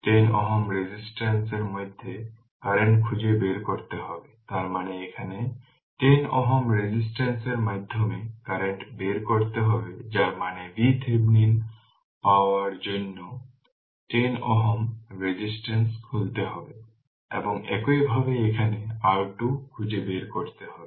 10 Ω resistance মাধ্যমে current খুঁজে বের করতে হবে তার মানে এখানে 10 Ω রেজিস্ট্যান্সের মাধ্যমে কারেন্ট বের করতে হবে যার মানে VThevenin পাওয়ার জন্য 10 Ω রেজিস্ট্যান্স খুলতে হবে এবং একইভাবে সেখানে R2 খুঁজে বের করতে হবে